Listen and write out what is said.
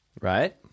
Right